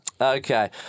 Okay